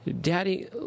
Daddy